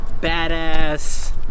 badass